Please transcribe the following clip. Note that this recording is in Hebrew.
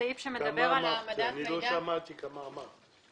לא שמעתי כמה שאמרת.